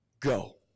go